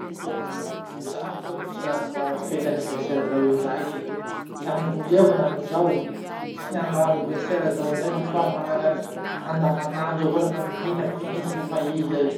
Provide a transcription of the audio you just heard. Zaho any koahy mbo tsy nanao fety aniversera zao indraiky. La mbo liako hinany zao, tsy nanao aniversera zao indraiky fa manahaky anazy andavanandro avao lafa mihina, vintsy, lafa i zay.